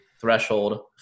threshold